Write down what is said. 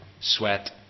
sweat